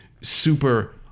super